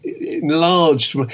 enlarged